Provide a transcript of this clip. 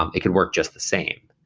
um it could work just the same.